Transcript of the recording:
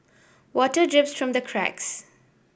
water drips from the cracks